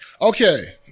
Okay